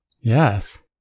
Yes